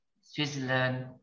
Switzerland